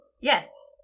Yes